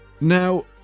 Now